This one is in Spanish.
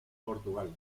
portugal